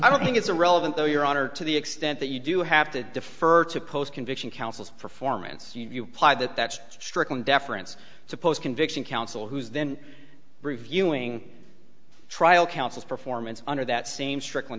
i don't think it's a relevant though your honor to the extent that you do have to defer to post conviction counsel's performance you ply that that's strickland deference to post conviction counsel who is then reviewing trial counsel's performance under that same stric